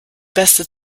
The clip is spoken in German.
beste